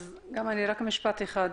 רק משפט אחד.